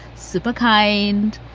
super kind.